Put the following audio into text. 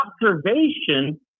observation